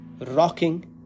rocking